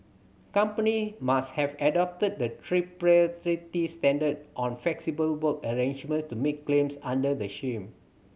company must have adopted the tripartite standard on flexible work arrangements to make claims under the scheme